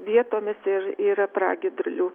vietomis ir yra pragiedrulių